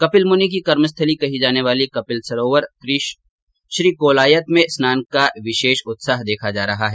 कर्पिल मुनी की कर्मस्थली कही जाने वाली कपिल सरोवर श्रीकोलायत में स्नान का विशेष उत्साह देखा जा रहा है